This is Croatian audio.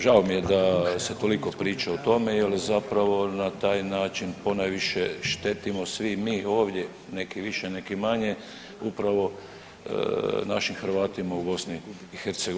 Žao mi je da se toliko priča o tome jel zapravo na taj način ponajviše štetimo svi mi ovdje, neki više neki manje upravo našim Hrvatima u BiH.